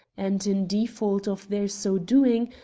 and, in default of their so doing,